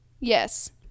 Yes